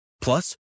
Plus